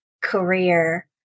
career